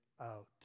out